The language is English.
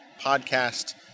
podcast